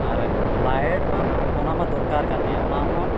ᱟᱨ ᱞᱟᱹᱭᱤᱴᱢᱟ ᱚᱱᱟᱢᱟ ᱫᱚᱨᱠᱟᱨ ᱠᱟᱱᱜᱮ ᱚᱱᱟᱦᱚᱢ